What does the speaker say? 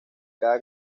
cada